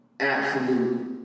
absolute